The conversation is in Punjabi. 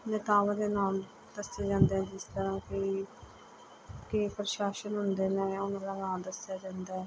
ਨੇਤਾਵਾਂ ਦੇ ਨਾਮ ਦੱਸੇ ਜਾਂਦੇ ਜਿਸ ਤਰ੍ਹਾਂ ਕਿ ਕਈ ਪ੍ਰਸ਼ਾਸਨ ਹੁੰਦੇ ਨੇ ਉਹਨਾਂ ਦਾ ਨਾਂ ਦੱਸਿਆ ਜਾਂਦਾ ਹੈ